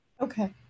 Okay